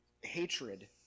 hatred